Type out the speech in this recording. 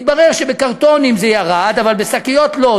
התברר שבקרטונים זה ירד, אבל בשקיות לא.